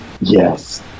Yes